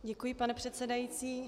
Děkuji, pane předsedající.